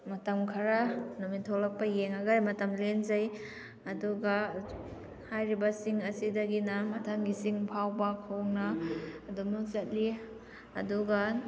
ꯃꯇꯝ ꯈꯔ ꯅꯨꯃꯤꯠ ꯊꯣꯛꯂꯛꯄ ꯌꯦꯡꯉꯒ ꯃꯇꯝ ꯂꯦꯟꯖꯩ ꯑꯗꯨꯒ ꯍꯥꯏꯔꯤꯕꯁꯤꯡ ꯑꯁꯤꯗꯒꯤꯅ ꯃꯊꯪꯒꯤ ꯆꯤꯡ ꯐꯥꯎꯕ ꯈꯣꯡꯅ ꯑꯗꯨꯝꯃꯛ ꯆꯠꯂꯤ ꯑꯗꯨꯒ